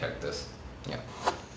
characters yup